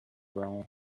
brown